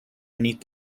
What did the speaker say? beneath